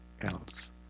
else